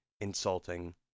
insulting